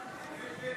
נגד.